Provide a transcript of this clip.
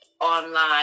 online